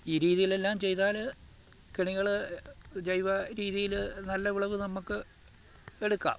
ഈ രീതിയിലെല്ലാം ചെയ്താൽ കെണികൾ ജൈവ രീതിയിൽ നല്ല വിളവ് നമുക്ക് എടുക്കാം